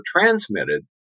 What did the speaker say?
transmitted